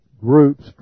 groups